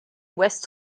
west